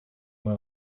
мое